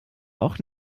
auch